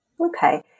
Okay